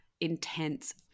intense